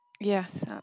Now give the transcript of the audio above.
yes